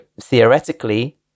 theoretically